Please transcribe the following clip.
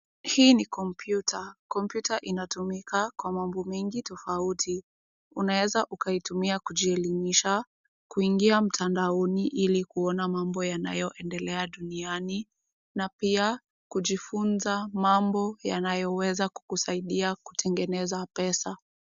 Hii ni kompyuta, kompyuta inatumika kwa mambo mingi tofauti, unaweza ukaitumia kujielimisha, kuingia mtandaoni ili kuona mambo yanayoendelea duniani, na pia kujifunza mambo yanayoweza kukusaidia kutengeneza pesa.